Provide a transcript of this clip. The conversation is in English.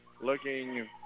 looking